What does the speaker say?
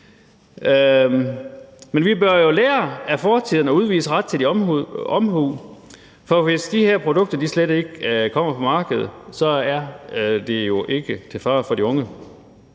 Men vi bør vi jo lære af fortiden og udvise rettidig omhu. Hvis de her produkter slet ikke kommer på markedet, er det jo ikke til fare for de unge.